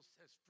says